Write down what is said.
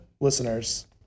listeners